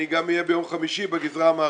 אני גם אהיה ביום חמישי בגזרה המערבית.